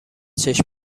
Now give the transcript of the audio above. چشم